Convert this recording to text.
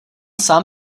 sám